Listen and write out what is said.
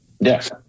Yes